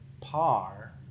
par